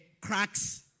cracks